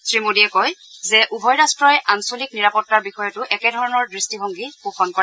শ্ৰী মোডীয়ে কয় যে উভয় ৰাট্টই আঞ্চলিক নিৰাপত্তাৰ বিষয়তো একেধৰণৰ দৃষ্টিভংগী পোষণ কৰে